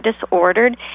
disordered